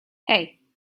hey